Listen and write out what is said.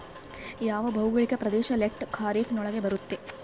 ಯಾವ ಭೌಗೋಳಿಕ ಪ್ರದೇಶ ಲೇಟ್ ಖಾರೇಫ್ ನೊಳಗ ಬರುತ್ತೆ?